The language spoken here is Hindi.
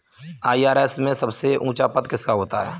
आई.आर.एस में सबसे ऊंचा पद किसका होता है?